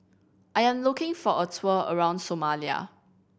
I am looking for a tour around Somalia